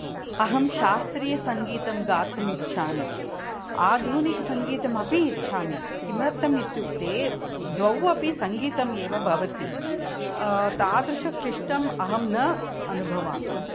अहं शास्त्रीयसङ्गीतं गातुमिच्छामि आधुनिकसङ्गीतम् अपि इच्छामि किमर्थम् इत्युक्ते द्वौ अपि सङ्गीतम् एव भवति तादृशक्लिष्टम् अहं न अनुभवामि